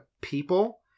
people